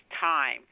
time